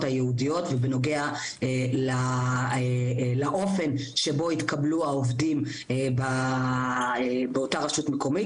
הייעודיות ובנוגע לאופן שבו יתקבלו העובדים באותה רשות מקומית,